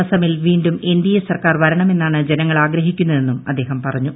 അസ്സമിൽ വീണ്ടും എൻഡിഎ സർക്കാർ വരണമെന്നാണ് ജഹ്ഗങ്ങൾ ആഗ്രഹിക്കുന്നതെന്നും അദ്ദേഹം പറഞ്ഞു